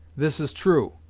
this is true.